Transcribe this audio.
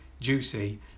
Juicy